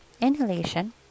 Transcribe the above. Inhalation